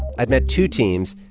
i'd met two teams,